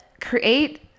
create